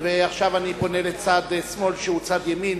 ועכשיו אני פונה אל צד שמאל, שהוא צד ימין,